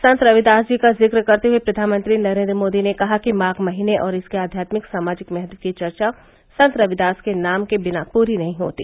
संत रविदास जी का जिक्र करते हये प्रधानमंत्री नरेन्द्र मोदी ने कहा कि माघ महीने और इसके आध्यात्मिक सामाजिक महत्व की चर्चा संत रविदास के नाम के बिना पूरी नही होती